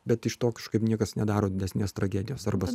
bet iš to kažkaip niekas nedaro didesnės tragedijos arba